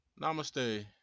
Namaste